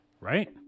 right